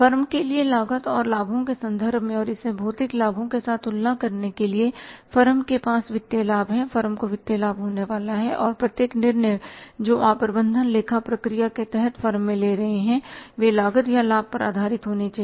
firm के लिए लागत और लाभों के संदर्भ में और इसे भौतिक लाभो के साथ तुलना करने के लिए फर्म के पास वित्तीय लाभ है फर्म को वित्तीय लाभ होने वाला है और प्रत्येक निर्णय जो आप प्रबंधन लेखा प्रक्रिया के तहत फर्म में ले रहे हैं बे लागत और लाभ पर आधारित होने चाहिए